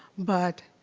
but,